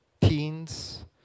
teens